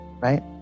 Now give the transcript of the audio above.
right